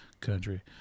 country